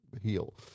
heal